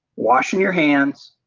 washing your hands,